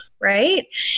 Right